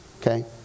Okay